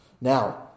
Now